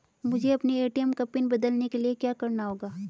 मुझे अपने ए.टी.एम का पिन बदलने के लिए क्या करना होगा?